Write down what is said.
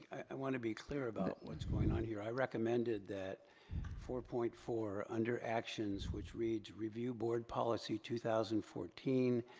i want to be clear about what's going on here. i recommended that four point four under actions which reads, review board policy two thousand and fourteen,